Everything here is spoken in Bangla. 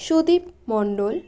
সুদীপ মণ্ডল